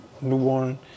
newborn